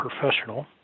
professional